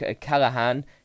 Callahan